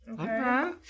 okay